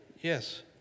Yes